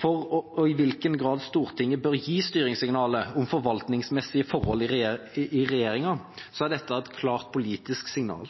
for i hvilken grad Stortinget bør gi styringssignaler om forvaltningsmessige forhold i regjeringa, er dette et klart politisk signal.